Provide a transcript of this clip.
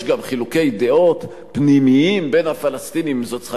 יש גם חילוקי דעות פנימיים בין הפלסטינים אם זו צריכה